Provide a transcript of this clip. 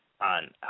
on